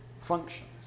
functions